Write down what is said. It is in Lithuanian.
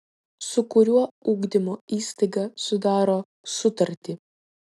su kuriuo ugdymo įstaiga sudaro sutartį